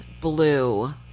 blue